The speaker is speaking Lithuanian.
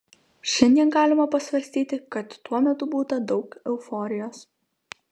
šiandien galima pasvarstyti kad tuo metu būta daug euforijos